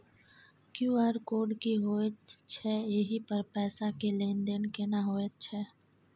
QR code की होयत छै एहि पर पैसा के लेन देन केना होयत छै?